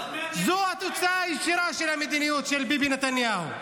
זו התוצאה הישירה של המדיניות של ביבי נתניהו.